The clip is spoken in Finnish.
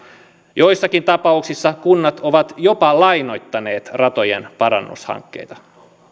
joissakin tapauksissa kunnat ovat jopa lainoittaneet ratojen parannushankkeita